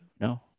No